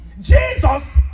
Jesus